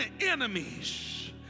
enemies